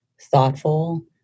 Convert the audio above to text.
thoughtful